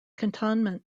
cantonment